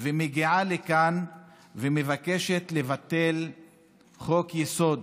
והיא מגיעה לכאן ומבקשת לבטל חוק-יסוד.